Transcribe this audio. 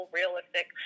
realistic